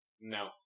No